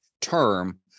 term